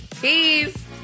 Peace